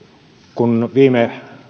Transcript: kun viime